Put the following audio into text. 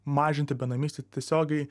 mažinti benamystė tiesiogiai